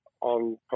on